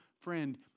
friend